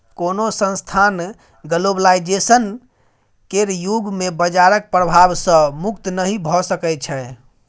कोनो संस्थान ग्लोबलाइजेशन केर युग मे बजारक प्रभाव सँ मुक्त नहि भऽ सकै छै